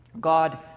God